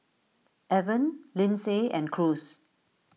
Evan Lindsay and Cruz